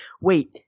wait